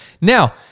Now